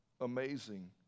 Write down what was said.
amazing